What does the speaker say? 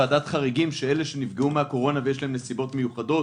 ועדת חריגים אלה שנפגעו מן הקורונה ויש להם נסיבות מיוחדות,